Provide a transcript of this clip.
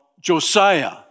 Josiah